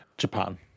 japan